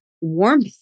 warmth